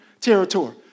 territory